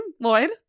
Lloyd